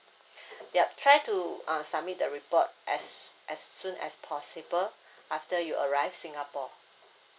yup try to uh submit the report as as soon as possible after you arrive singapore